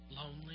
Lonely